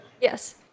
Yes